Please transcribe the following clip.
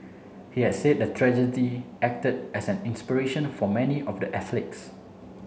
he has said the tragedy acted as an inspiration for many of the athletes